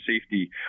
Safety